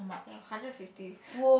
ya hundred fifty